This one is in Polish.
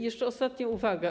Jeszcze ostatnia uwaga.